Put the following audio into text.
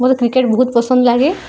ମୋତେ କ୍ରିକେଟ ବହୁତ ପସନ୍ଦ ଲାଗେ